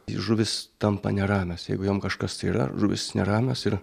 jei žuvys tampa neramios jeigu jom kažkas yra žuvys neramios ir